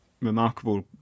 remarkable